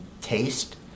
taste